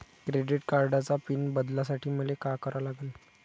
Credit कार्डाचा pin बदलासाठी मले का करा लागन?